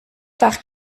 par